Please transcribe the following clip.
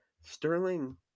Sterling